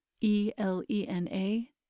E-L-E-N-A